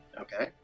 Okay